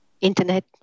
internet